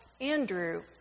Andrew